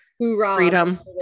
freedom